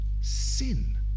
sin